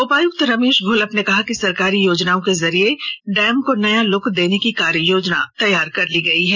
उपायुक्त रमेश घोलप ने कहा कि सरकारी योजनाओं के जरिए डैम को नया लुक र्दने की कार्ययोजना तैयार कर ली गई है